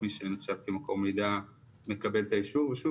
מי שנחשב כמקור מידע מקבל את האישור ושוב,